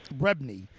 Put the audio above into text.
Rebney